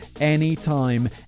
anytime